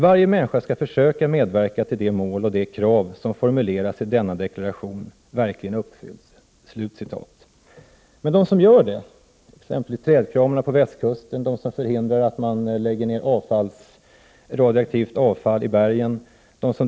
Varje människa skall försöka medverka till att de mål och de krav som formulerats i denna deklaration verkligen uppfylls.” Anser regeringen att Sverige lever upp till världsmiljödeklarationen?